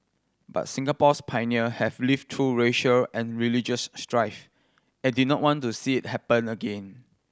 but Singapore's pioneer have lived through racial and religious strife and did not want to see it happen again